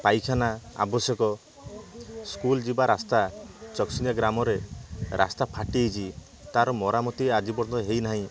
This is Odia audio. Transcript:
ପାଇଖାନା ଆବଶ୍ୟକ ସ୍କୁଲ୍ ଯିବା ରାସ୍ତା ଚକସିନ୍ଦିଆ ଗ୍ରାମରେ ରାସ୍ତା ଫାଟିଯାଇଛି ତା'ର ମରାମତି ଆଜି ପର୍ଯ୍ୟନ୍ତ ହେଇନାହିଁ